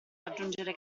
raggiungere